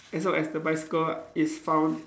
as long as the bicycle is found